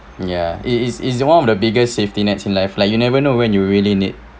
ya is is is one of the biggest safety nets in life like you never know when you really need